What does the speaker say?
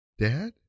Dad